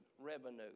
revenue